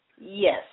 Yes